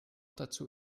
dazu